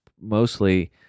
mostly